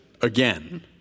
again